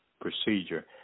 procedure